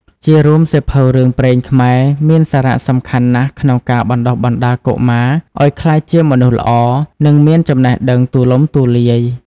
ជារួមសៀវភៅរឿងព្រេងខ្មែរមានសារៈសំខាន់ណាស់ក្នុងការបណ្ដុះបណ្ដាលកុមារឲ្យក្លាយជាមនុស្សល្អ និងមានចំណេះដឹងទូលំទូលាយ។